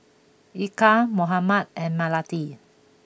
Eka Muhammad and Melati